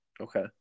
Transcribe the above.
okay